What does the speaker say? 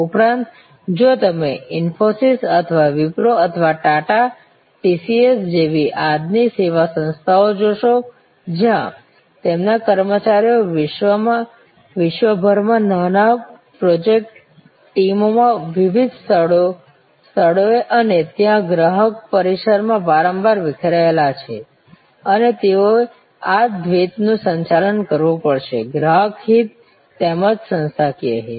ઉપરાંત જો તમે ઇન્ફોસીસ અથવા વિપ્રો અથવા ટાટા ટીસીએસ જેવી આજની સેવા સંસ્થા જોશો જ્યાં તેમના કર્મચારીઓ વિશ્વભરમાં નાના પ્રોજેક્ટ ટીમોમાં વિવિધ સ્થળોએ અને ત્યાં ગ્રાહક પરિસરમાં વારંવાર વિખરાયેલા છે અને તેઓએ આ દ્વૈતનું સંચાલન કરવું પડશે ગ્રાહક હિત તેમજ સંસ્થાકીય હિત